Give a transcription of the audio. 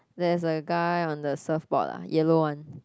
there's a guy on the surfboard ah yellow one